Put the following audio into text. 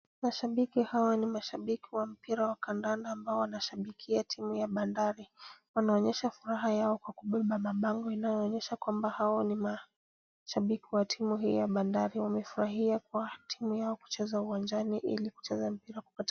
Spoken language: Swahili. Mashabiki hawa ni mashabiki wa mpira wa kadanda ambao wanashabikia timu ya bandari. Wanaonyesha furaha yao kwa kubeba mabango inayoonyesha kwamba hawa ni mashabiki wa timu hii ya bandari. Wamefurahia timu yao kucheza uwanjani ili kucheza mpira.